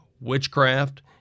witchcraft